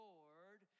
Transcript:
Lord